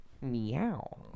Meow